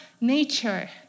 nature